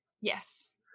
Yes